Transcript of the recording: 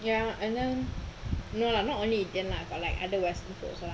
ya and then no lah not only indian lah but like other western food also ah